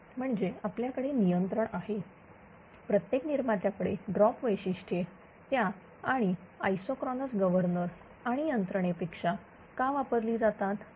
पुढेम्हणजे आपल्याकडे नियंत्रण आहे प्रत्येक निर्मात्याकडे ड्रॉप वैशिष्ट्ये त्या आणि आईसोक्रोनस गवर्नर आणि यंत्रणे पेक्षा का वापरली जातात